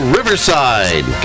Riverside